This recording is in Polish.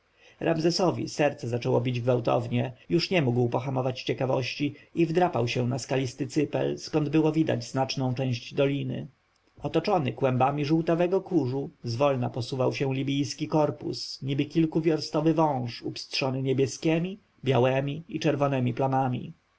ramzesowi serce zaczęło bić gwałtownie już nie mógł pohamować ciekawości i wdrapał się na skalisty cypel skąd było widać znaczną część doliny otoczony kłębami żółtawego kurzu zwolna posuwał się libijski korpus niby kilkuwiorstowy wąż upstrzony niebieskiemi białemi i czerwonemi plamami